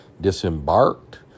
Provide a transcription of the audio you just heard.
disembarked